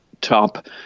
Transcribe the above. top